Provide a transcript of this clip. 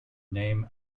name